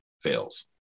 fails